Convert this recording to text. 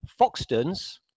Foxtons